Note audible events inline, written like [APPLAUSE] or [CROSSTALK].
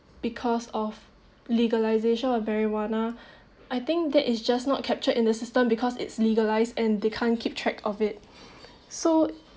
because of legalization of marijuana [BREATH] I think that is just not captured in the system because it's legalized and they can't keep track of it so